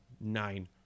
nine